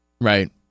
Right